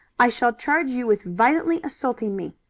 i shall charge you with violently assaulting me.